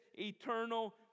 eternal